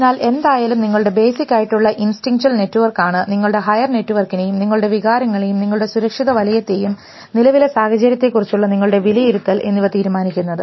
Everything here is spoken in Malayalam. അതിനാൽ എന്തായാലും നിങ്ങളുടെ ബേസിക് ആയിട്ടുള്ള ഇൻസ്റ്റിംഗ്ക്ച്വൽ നെറ്റ്വർക്ക് ആണ് നിങ്ങളുടെ ഹയർ നെറ്റ്വർക്കിനെയും നിങ്ങളുടെ വികാരങ്ങളെയും നിങ്ങളുടെ സുരക്ഷിത വലയത്തെ യും നിലവിലെ സാഹചര്യത്തെക്കുറിച്ചുള്ള നിങ്ങളുടെ വിലയിരുത്തൽ എന്നിവ തീരുമാനിക്കുന്നത്